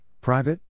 private